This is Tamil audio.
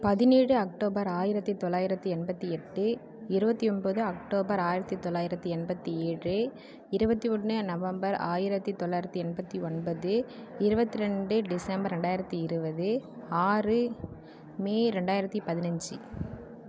பதினேழு அக்டோபர் ஆயிரத்தி தொள்ளாயிரத்தி எண்பத்தி எட்டு இருபத்தி ஒம்பது அக்டோபர் ஆயிரத்தி தொள்ளாயிரத்தி எண்பத்தி ஏழு இருபத்தி ஒன்று நவம்பர் ஆயிரத்தி தொள்ளாயிரத்தி எண்பத்தி ஒன்பது இருபத்ரெண்டு டிசம்பர் ரெண்டாயிரத்தி இருபது ஆறு மே ரெண்டாயிரத்தி பதினஞ்சு